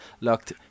looked